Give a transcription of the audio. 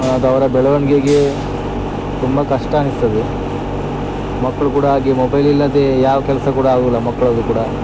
ಅದು ಅವರ ಬೆಳವಣ್ಗೆಗೆ ತುಂಬಾ ಕಷ್ಟ ಅನ್ಸ್ತದೆ ಮಕ್ಕಳು ಕೂಡ ಹಾಗೆ ಮೊಬೈಲ್ ಇಲ್ಲದೆ ಯಾವ ಕೆಲಸ ಕೂಡ ಆಗುದಿಲ್ಲ ಮಕ್ಕಳಲ್ಲಿ ಕೂಡ